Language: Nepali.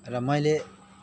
र मैले